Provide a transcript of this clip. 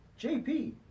JP